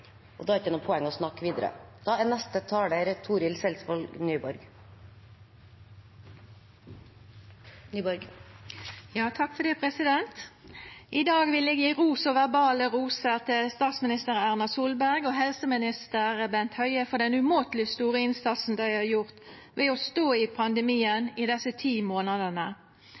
og da er det ikke noe poeng å snakke videre. I dag vil eg gje ros og verbale roser til statsminister Erna Solberg og helseminister Bent Høie for den umåteleg store innsatsen dei har gjort ved å stå i pandemien i desse ti